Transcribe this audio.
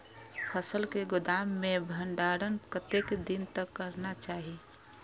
फसल के गोदाम में भंडारण कतेक दिन तक करना चाही?